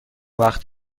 وقت